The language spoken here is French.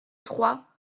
trois